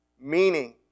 meaning